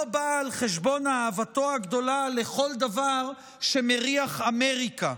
לא באה על חשבון אהבתו הגדולה לכל דבר שמריח "אמריקה"